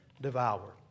devour